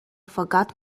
forgot